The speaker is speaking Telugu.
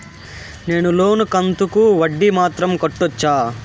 నేను లోను కంతుకు వడ్డీ మాత్రం కట్టొచ్చా?